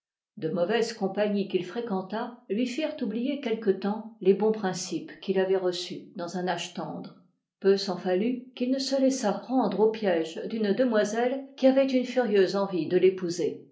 de mauvoises compagnies qu'il fréquenta luy firent oublier quelque temps les bons principes qu'il avoit reçeus dans un âge tendre peu s'en fallut qu'il ne se laissât prendre aux pièges d'une demoiselle qui avoit une furieuse envie de l'épouser